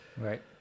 right